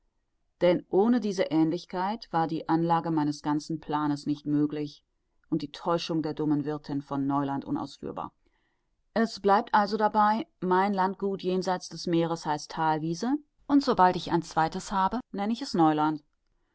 denn ohne diese aehnlichkeit war die anlage meines ganzen planes nicht möglich und die täuschung der dummen wirthin von neuland unausführbar es bleibt also dabei mein landgut jenseit des meeres heißt thalwiese und sobald ich ein zweites habe nenn ich es neuland